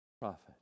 Prophet